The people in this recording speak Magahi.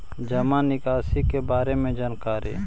जामा निकासी के बारे में जानकारी?